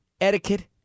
etiquette